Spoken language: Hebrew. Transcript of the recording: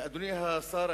ואדוני השר,